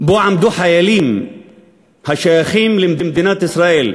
שבו עמדו חיילים השייכים למדינת ישראל,